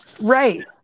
Right